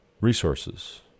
resources